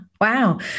Wow